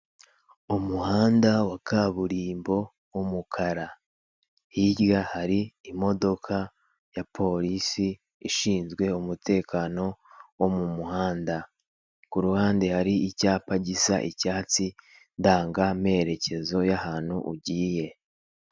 Umuhanda wa kaburimbo w'umukara, hirya hari imodoka ya porisi ishinzwe umutekano wo m'umuhanda, k'uruhande hari icyapa gisa icyatsi ndangamerekezo y'ahantu ugiye.